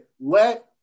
let